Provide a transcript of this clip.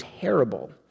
terrible